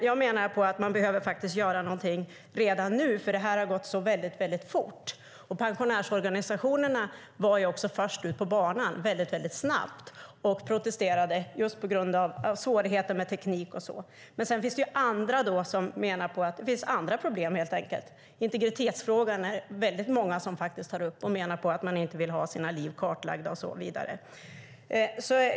Jag menar att man behöver göra någonting redan nu, för det här har gått väldigt fort. Pensionärsorganisationerna var först ut på banan och protesterade tidigt med anledning av till exempel svårigheterna med tekniken. Sedan finns det andra som menar att det också finns andra problem. Integritetsfrågan tar många upp och menar att man inte vill ha sitt liv kartlagt.